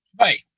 Right